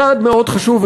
צעד מאוד חשוב,